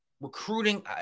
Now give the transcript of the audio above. recruiting